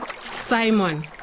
Simon